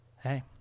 hey